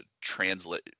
translate